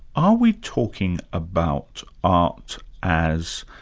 are we talking about art as